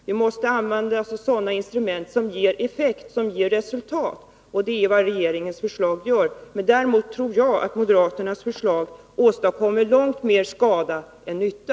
Vi måste använda sådana instrument som ger effekt, och det är vad regeringens förslag gör. Däremot tror jag att moderaternas förslag åstadkommer långt mer skada än nytta.